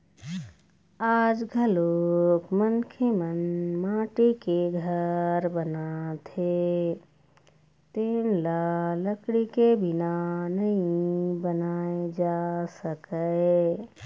आज घलोक मनखे मन माटी के घर बनाथे तेन ल लकड़ी के बिना नइ बनाए जा सकय